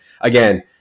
Again